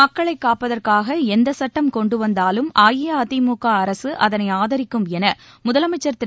மக்களைக் காப்பதற்காக எந்த சட்டம் கொண்டு வந்தாலும் அஇஅதிமுக அரசு அதனை ஆதரிக்கும் என முதலமைச்சர் திரு